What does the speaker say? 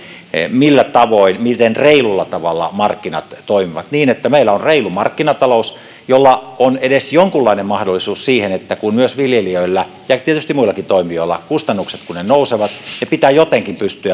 millä tavoin miten reilulla tavalla markkinat toimivat niin että meillä on reilu markkinatalous jolla on edes jonkunlainen mahdollisuus siihen että kun myös viljelijöillä ja tietysti muillakin toimijoilla kustannukset nousevat ne pitää jotenkin pystyä